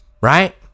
Right